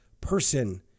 person